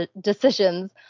decisions